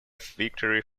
victory